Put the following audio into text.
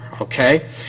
okay